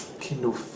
Kindle